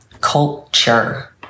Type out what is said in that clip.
culture